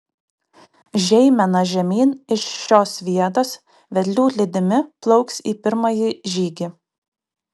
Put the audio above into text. žeimena žemyn iš šios vietos vedlių lydimi plauks į pirmąjį žygį